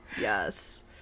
yes